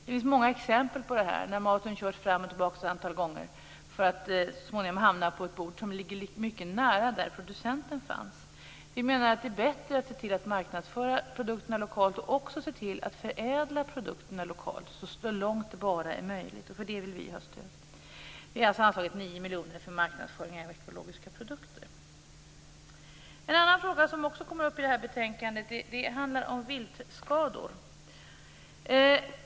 Det finns många exempel på att maten körs fram och tillbaka ett antal gånger för att så småningom hamna på ett bord som ligger mycket nära producenten. Vi menar att det är bättre att se till att marknadsföra produkterna lokalt och att förädla produkterna lokalt så långt det bara är möjligt. För det vill vi ha ett stöd. Vi har alltså anslagit 9 miljoner för marknadsföring av ekologiska produkter. En annan fråga som också kommer upp i det här betänkandet handlar om viltskador.